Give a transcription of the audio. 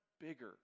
bigger